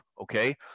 okay